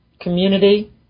community